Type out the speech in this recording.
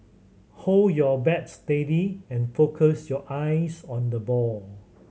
hold your bat steady and focus your eyes on the ball